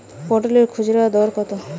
পটলের খুচরা দর কত?